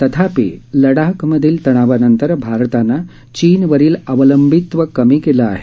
तथापि लडाख मधील तणावा नंतर भारतान चीन वरील अवलंबित्व कमी केलं आहे